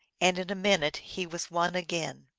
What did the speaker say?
and in a minute he was won again.